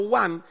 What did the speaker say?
one